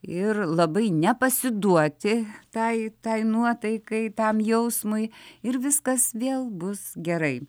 ir labai nepasiduoti tai tai nuotaikai tam jausmui ir viskas vėl bus gerai